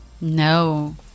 No